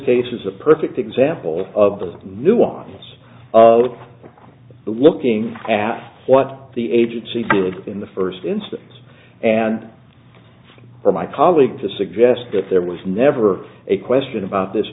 case is a perfect example of the nuance of looking at what the agency did in the first instance and for my colleagues to suggest that there was never a question about this